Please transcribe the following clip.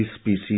species